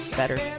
better